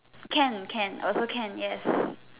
can can also can yes